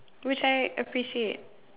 which I appreciate